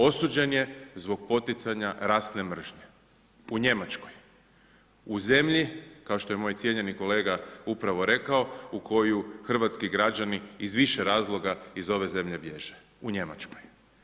Osuđen je zbog poticanja rasne mržnje, u Njemačkoj, u zemlji, kao što je moj cijenjeni kolega upravo rekao, u koju hrvatski građani iz više razloga iz ove zemlje bježe, u Njemačkoj.